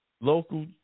local